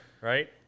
right